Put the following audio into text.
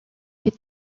fait